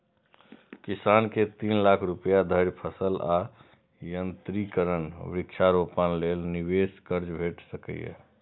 किसान कें तीन लाख रुपया धरि फसल आ यंत्रीकरण, वृक्षारोपण लेल निवेश कर्ज भेट सकैए